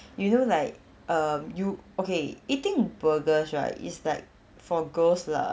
you know like um you okay eating burgers right is like for girls lah